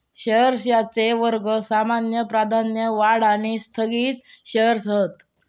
shares यांचे वर्ग सामान्य, प्राधान्य, वाढ आणि स्थगित शेअर्स हत